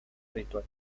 ritual